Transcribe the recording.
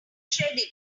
shredded